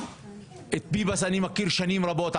את ביבס אני מכיר שנים רבות.